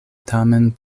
tamen